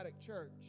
church